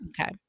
Okay